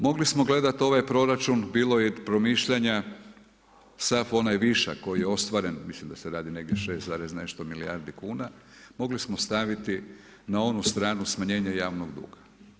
Mogli smo gledat ovaj proračun, bilo je i promišljanja, sav onaj višak koji je ostvaren, mislim da se radi negdje 6 zarez nešto milijardi kuna, mogli smo staviti na onu stranu smanjenje javnog duga.